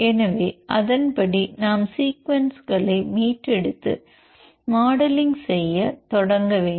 எனவே அதன்படி நாம் சீக்வென்ஸ்களை மீட்டெடுத்து மாடலிங் செய்யத் தொடங்க வேண்டும்